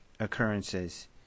occurrences